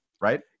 Right